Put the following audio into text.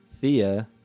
Thea